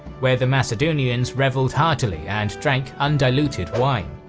where the macedonians revelled heartily and drank undiluted wine.